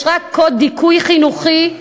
יש רק קוד דיכוי חינוכי,